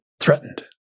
threatened